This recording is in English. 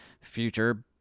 future